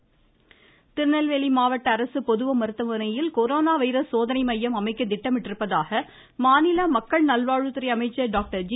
நேரம் விஜயபாஸ்கர் திருநெல்வெலி மாவட்ட அரசு பொது மருத்துவமனையில் கொரோனா வைரஸ் சோதனை மையம் அமைக்க திட்டமிட்டிருப்பதாக மாநில மக்கள் நல்வாழ்வுத்துறை அமைச்சர் டாக்டர் சி